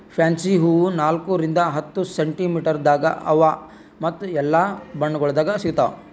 fancy ಹೂವು ನಾಲ್ಕು ರಿಂದ್ ಹತ್ತು ಸೆಂಟಿಮೀಟರದಾಗ್ ಅವಾ ಮತ್ತ ಎಲ್ಲಾ ಬಣ್ಣಗೊಳ್ದಾಗ್ ಸಿಗತಾವ್